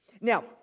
Now